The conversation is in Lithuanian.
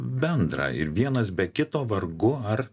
bendra ir vienas be kito vargu ar